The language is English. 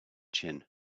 chin